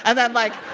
ah then like,